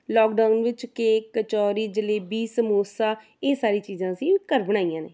lockdown ਵਿੱਚ cake kachori jalebi samosa ਇਹ ਸਾਰੀ ਚੀਜ਼ਾਂ ਅਸੀਂ ਘਰ ਬਣਾਈਆਂ ਨੇ